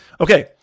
Okay